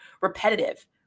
repetitive